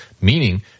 meaning